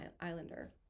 Islander